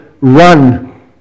run